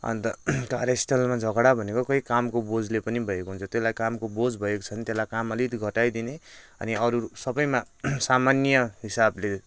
अन्त कार्यस्थलमा झगडा भनेको कोही कामको बोझले पनि भएको हुन्छ त्यसलाई कामको बोझ भएको छ भने त्यसलाई काम अलिकति घटाइदिने अनि अरू सबैमा सामान्य हिसाबले